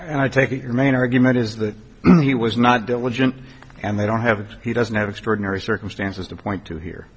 and i take it your main argument is that he was not diligent and they don't have he doesn't have extraordinary circumstances to point to here